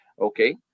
okay